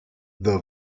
the